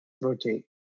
rotate